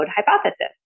hypothesis